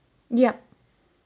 yup